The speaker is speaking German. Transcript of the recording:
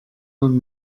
man